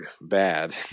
bad